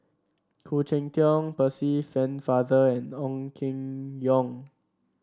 Khoo Cheng Tiong Percy Pennefather and Ong Keng Yong